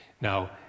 Now